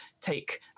take